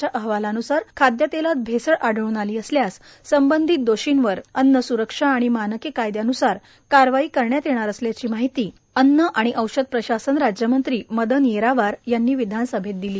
च्या अहवालानुसार खादयतेलात भैसळ आढळून आली असल्यास संबंधित दोषींवर अन्न सुरक्षा आणि मानदे कायदयानुसार कारवाई करण्यात येणार असल्याची माहिती अन्न आणि औषध प्रशासन राज्यमंत्री मदन येरावार यांनी विधानसभेत दिली